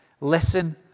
Listen